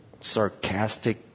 sarcastic